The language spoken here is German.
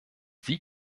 sie